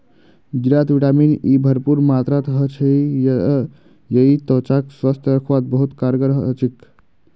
जीरात vitamin E भरपूर मात्रात ह छेक यई त्वचाक स्वस्थ रखवात बहुत कारगर ह छेक